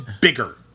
Bigger